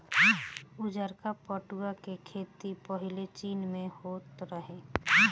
उजारका पटुआ के खेती पाहिले चीन में होत रहे